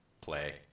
play